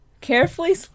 carefully